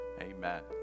Amen